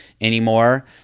anymore